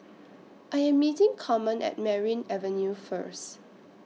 I Am meeting Carmen At Merryn Avenue First